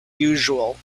usual